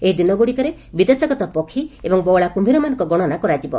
ଏହି ଦିନଗୁଡ଼ିକରେ ବିଦେଶାଗତ ପକ୍ଷୀ ଏବଂ ବଉଳା କୁମ୍ଠୀରମାନଙ୍କ ଗଣନା କରାଯିବ